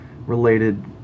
related